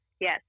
Yes